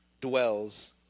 dwells